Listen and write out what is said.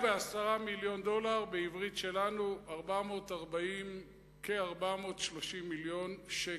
110 מיליון דולר, בעברית שלנו: כ-430 מיליון שקל.